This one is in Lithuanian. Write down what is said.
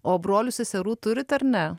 o brolių seserų turit ar ne